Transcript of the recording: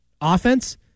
offense